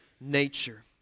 nature